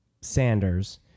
Sanders